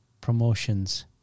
promotions